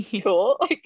cool